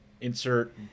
Insert